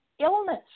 illness